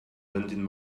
lending